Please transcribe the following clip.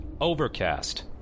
Overcast